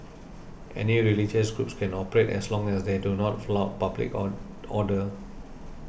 any religious groups can operate as long as they do not flout public order